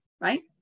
right